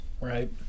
right